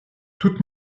toute